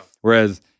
Whereas